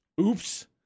Oops